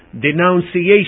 denunciation